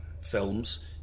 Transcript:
films